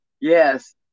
Yes